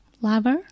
lover